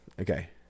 Okay